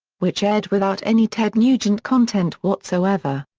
which aired without any ted nugent content whatsoever.